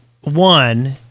one